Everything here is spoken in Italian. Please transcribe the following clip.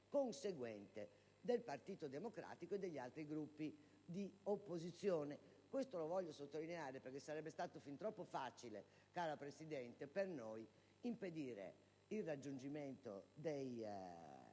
conseguente del Partito Democratico e degli altri Gruppi di opposizione. Lo voglio sottolineare, perché sarebbe stato fin troppo facile per noi, cara Presidente, impedire il rispetto dei